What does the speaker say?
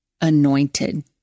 anointed